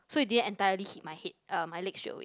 so it didn't entirely hit my head um my leg straight away